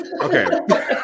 okay